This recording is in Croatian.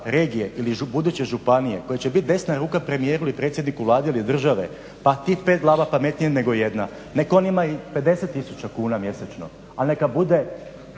regije ili buduće županije koji će biti desna ruka premijeru i predsjedniku Vlade ili države pa tih 5 glava je pametnije nego 1, nek' oni imaju i 50 tisuća kuna mjesečno, a neka bude